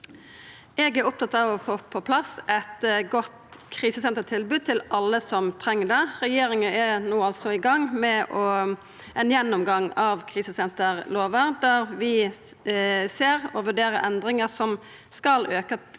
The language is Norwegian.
Eg er opptatt av å få på plass eit godt krisesentertilbod til alle som treng det. Regjeringa er no i gang med ein gjennomgang av krisesenterlova, der vi ser på og vurderer endringar som skal auka kvaliteten